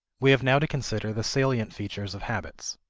we have now to consider the salient features of habits.